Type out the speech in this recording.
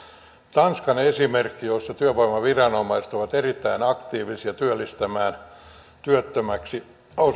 tanskan esimerkki jossa työvoimaviranomaiset ovat erittäin aktiivisia työllistämään työttömäksi